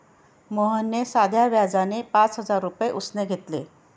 मोहनने साध्या व्याजाने पाच हजार रुपये उसने घेतले